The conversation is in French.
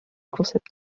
concepts